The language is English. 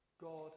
God